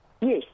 Yes